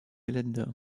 länder